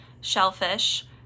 shellfish